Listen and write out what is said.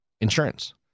insurance